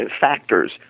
factors